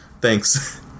thanks